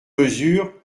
mesures